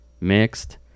mixed